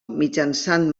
mitjançant